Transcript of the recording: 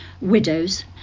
widows